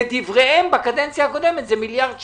לדבריהם, בקדנציה הקודמת זה מיליארד כסף.